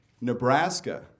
Nebraska